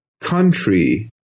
country